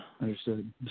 Understood